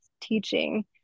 teaching